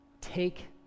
take